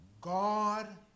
God